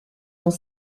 dans